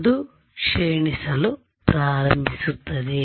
ಅದು ಕ್ಷೀಣಿಸಲು ಆರಂಬಿಸುತ್ತದೆ